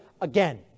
again